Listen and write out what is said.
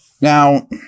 Now